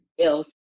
else